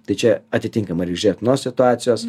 tai čia atitinkamai reik žiūrėt nuo situacijos